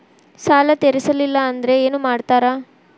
ಸಾಲ ತೇರಿಸಲಿಲ್ಲ ಅಂದ್ರೆ ಏನು ಮಾಡ್ತಾರಾ?